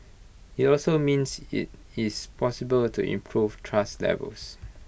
IT also means IT is possible to improve trust levels